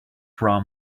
wrong